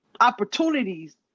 opportunities